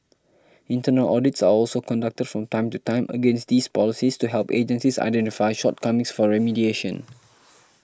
internal audits are also conducted from time to time against these policies to help agencies identify shortcomings for remediation